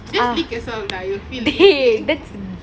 just lick yourself dah you'll feel it